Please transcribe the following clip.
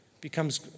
becomes